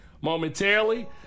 momentarily